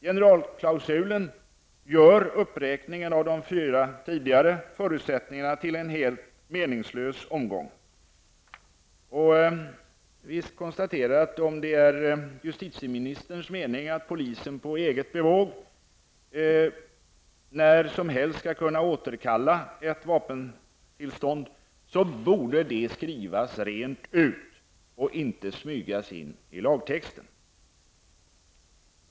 'Generalklausulen' gör uppräkningen av de fyra tidigare förutsättningarna till en helt meningslös omgång. Om det är justitieministerns mening att polisen på eget bevåg och när som helst skall kunna återkalla ett vapentillstånd bör det skrivas rent ut och inte smygas in i lagtexten.